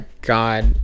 God